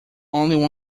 only